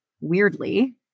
weirdly